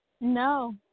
No